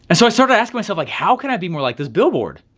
and so i started i asked myself, like, how can i be more like this billboard?